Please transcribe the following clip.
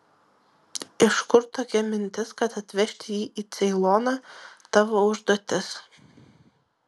iš kur tokia mintis kad atvežti jį į ceiloną tavo užduotis